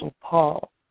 Paul